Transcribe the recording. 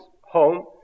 home